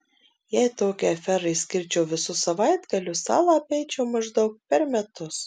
jei tokiai aferai skirčiau visus savaitgalius salą apeičiau maždaug per metus